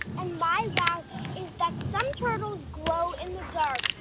and my wow is that some turtles grow in the dark.